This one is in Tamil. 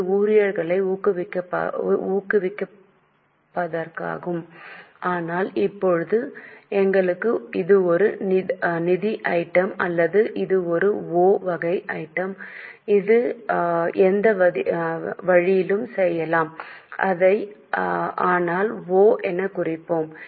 இது ஊழியர்களை ஊக்குவிப்பதாகும் ஆனால் இப்போது எங்களுக்கு இது ஒரு நிதி ஐட்டம் அல்லது இது ஒரு ஒ வகை ஐட்டம் அது எந்த வழியிலும் செல்லலாம் ஆனால் அதை ஒ எனக் குறிப்போம்